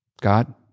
God